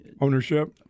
ownership